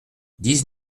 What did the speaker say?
dix